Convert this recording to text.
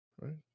Right